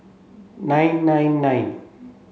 nine nine nine